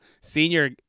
senior